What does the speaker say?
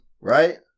Right